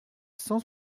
cent